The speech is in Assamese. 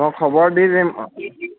মই খবৰ দি দিম